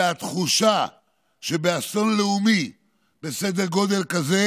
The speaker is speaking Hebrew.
אלא התחושה שבאסון לאומי בסדר גודל כזה